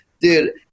dude